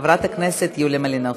חברת הכנסת יוליה מלינובסקי.